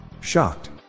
Shocked